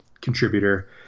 contributor